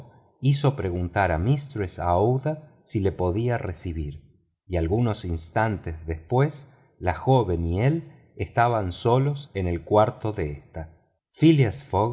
hizo preguntar a mistress aouida si lo podía recibir y algunos instantes después la joven y él estaban solos en el cuarto de ésta phileas